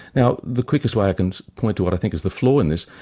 now the quickest way i can point to what i think is the flaw in this,